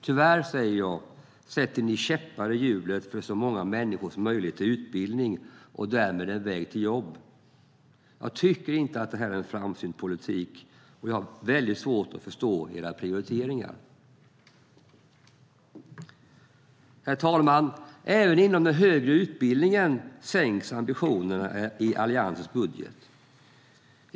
Tyvärr, säger jag, sätter ni käppar i hjulet för många människors möjlighet till utbildning och därmed en väg till jobb. Jag tycker inte att detta är en framsynt politik, och jag har väldigt svårt att förstå era prioriteringar. Herr talman! Även inom den högre utbildningen sänks ambitionerna i Alliansens budget.